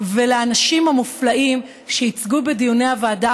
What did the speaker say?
ולאנשים המופלאים שייצגו בדיוני הוועדה